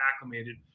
acclimated